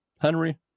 Henry